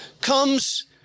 comes